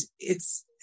it's-